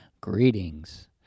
Greetings